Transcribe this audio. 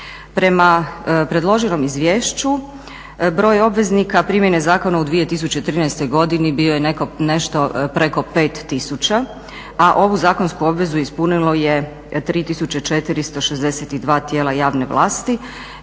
Prema predloženom izvješću broj obveznika primjene zakona u 2013. godini bio je nešto preko 5000, a ovu zakonsku obvezu ispunilo je 3462 tijela javne vlasti.